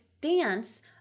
dance